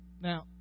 Now